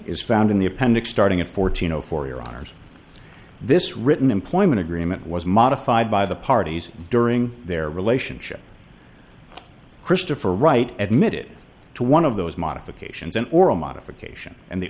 is found in the appendix starting at fourteen zero for your honors this written employment agreement was modified by the parties during their relationship christopher right at mit to one of those modifications an oral modification and the